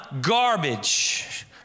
garbage